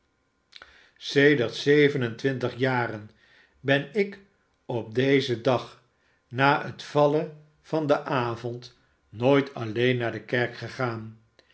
zeven en twintig jaren ben ik op dezen dag na het vallen van den avond nooit alleen naar de kerk gegaan